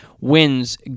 wins